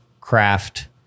craft